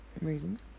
reason